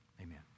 Amen